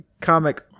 comic